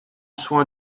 soin